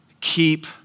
keep